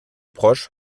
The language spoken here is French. proches